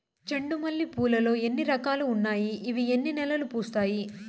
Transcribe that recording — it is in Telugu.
చెండు మల్లె పూలు లో ఎన్ని రకాలు ఉన్నాయి ఇవి ఎన్ని నెలలు పూస్తాయి